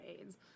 AIDS